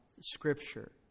Scripture